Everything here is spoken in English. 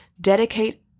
Dedicate